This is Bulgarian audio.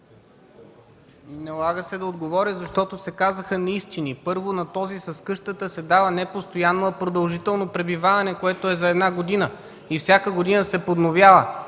Налага се да отговоря, защото се казаха неистини. Първо, на този с къщата се дава не „постоянно”, а „продължително пребиваване”, което е за една година и всяка година се подновява.